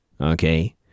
okay